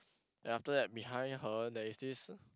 then after that behind her there is this